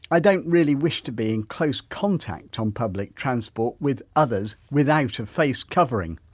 i don't really wish to be in close contact on public transport with others without a face covering.